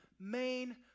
main